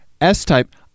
S-Type